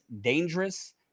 dangerous